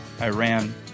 Iran